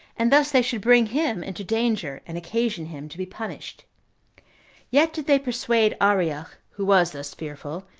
and thus they should bring him into danger, and occasion him to be punished yet did they persuade arioch, who was thus fearful,